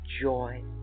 joy